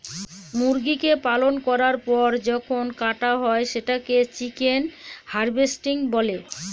মুরগিকে পালন করার পর যখন কাটা হয় সেটাকে চিকেন হার্ভেস্টিং বলে